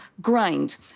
grind